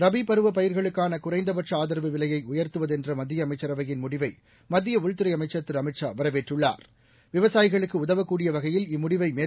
ரபி பருவ பயிர்களுக்கான குறைந்தபட்ச ஆதரவு விலையை உயர்த்துவதென்ற மத்திய அமைச்சரவையின் முடிவை மத்திய உள்துறை அமைச்சர் திரு அமித் ஷா விவசாயிகளுக்கு உதவக்கூடிய வகையில் இம்முடிவை வரவேற்றுள்ளார்